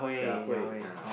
Ya Hui ya